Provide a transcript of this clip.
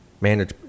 manage